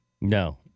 No